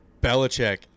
Belichick